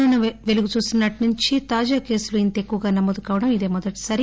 corona పెలుగు చూసిన నాటి నుంచి తాజా కేసులు ఇంత ఎక్కువగా నమోదుకావడం ఇదే మొదటిసారి